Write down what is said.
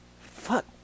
fuck